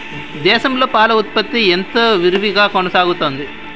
దేశంలో పాల ఉత్పత్తి ఎంతో విరివిగా కొనసాగుతోంది